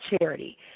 charity